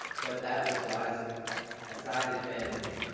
but that which lies aside its vanity,